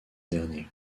dernier